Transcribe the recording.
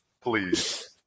Please